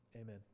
Amen